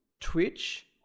Twitch